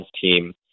team